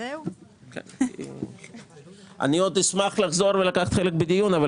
אני עוד אשמח לחזור ולקחת חלק בדיון אבל